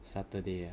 saturday ah